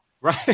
Right